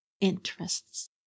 interests